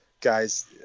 guys